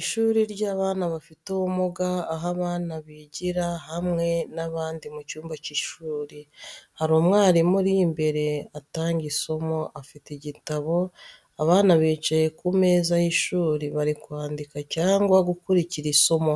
Ishuri ry’abana bafite ubumuga aho abana bigira hamwe n’abandi mu cyumba cy’ishuri. Hari umwarimu uri imbere atanga isomo, afite igitabo abana bicaye ku meza y’ishuri bari kwandika cyangwa gukurikira isomo.